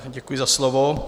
Děkuji za slovo.